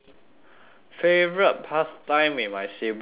favourite pastime with my sibling ah